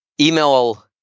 Email